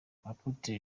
apotre